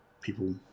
people